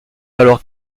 alors